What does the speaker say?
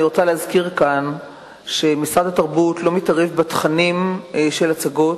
אני רוצה להזכיר כאן שמשרד התרבות לא מתערב בתכנים של הצגות.